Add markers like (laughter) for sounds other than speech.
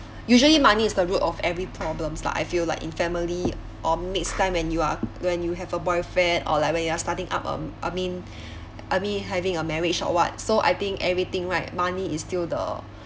usually money is the root of every problems lah I feel like in family or next time when you are when you have a boyfriend or like when you are starting up um I mean (breath) I mean having a marriage or what so I think everything right money is still the